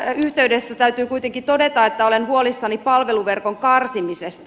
tässä yhteydessä täytyy kuitenkin todeta että olen huolissani palveluverkon karsimisesta